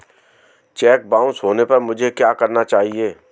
Check bounce होने पर मुझे क्या करना चाहिए?